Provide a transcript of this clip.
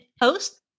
post